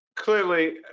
Clearly